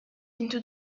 into